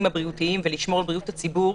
הבריאותיים ולשמור על בריאות הציבור,